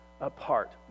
apart